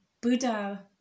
Buddha-